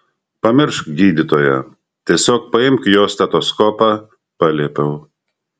pamiršk gydytoją tiesiog paimk jo stetoskopą paliepiau